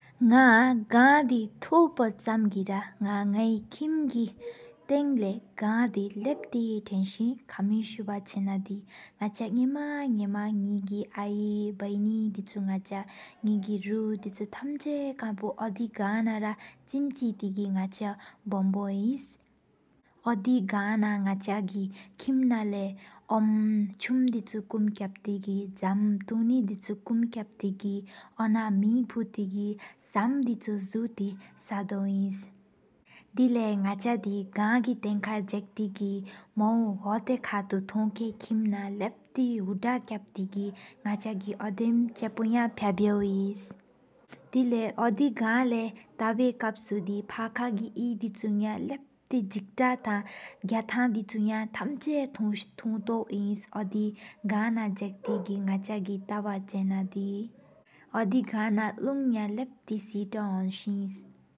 ནག་གང་དེ་ཐོག་པོ་ཆམ་གི་ནག། ནགི་ཀིམ་གི་ཐང་གི་གང་དེ་ལབ་ཐེན་སི། ཀ་མི་སུ་བ་ཆེ་ན་དེ་ན་ཆ་ཉེ་མ། ནེ་མ་ནགི་ཨ་ཡེ་བའི་ནི་དའི་གཉེན་ནེ་གེ་རུག་དའི་གཉེན། ཨོ་དི་གང་ན་ར་ཆིམ་ཆེ་ཏེ་ནག་ཆ། བོམ་བོ་ཨིན་ཨོ་དེ་གང་ན་ནག་ཆ་གེ། ཀིམ་ན་ལེ་འོམ་ཆུམ་དའི་གཉེན་ཀུམ་ཀཔ་ཏེ། འཇམ་ཏོ་ནི་དའི་གཉེན་ཀུམ་ཀཔ་ཏེ་གི་ཨོ་ན་མེ། ཕུ་ཏེ་གི་སམ་དེ་ཆུ་ཞོ་ཏེ་ས་དོ་ཨིན། ད་ལེ་ནག་ཆ་དི་གང་གྱི་ཐང་ཀ་ཟཀ་ཏེ་གི། མོ་ཧོ་ཏ་ཁ་ཐུ་ཐོང་ཀ་ཀིམ་ན། ལབ་ཏེ་ཧུ་ད་ཀཔ་ཏེ་ནག་ཆ་གི་དེམ་ཆེ་པོ། ཡང་ཕ་བོ་ཧེ་ད་ལེ་ཨོ་དི་གང་ལེ་ཏ་བི་ཀ་སུ། ཕ་ཀ་གི་ཡེ་དའི་གཉེན་ཡང་ལབ་ཏེ་ཟིག་ཏ་ཐང་། ག་ཐང་དའི་གཉེན་ཡང་ཐམ་ཆ། ཐོ་ཐའོ་ཨིན་ཨོ་དི་གང་ན་ནག་ཆ་གི། ཟཀ་ཏེ་ཏ་བ་ཆེ་ན་དེ་ཨོ་དི་གང་ན་ལུང་། ཡང་ལབ་ཏེ་ཧོ་ན་སེ།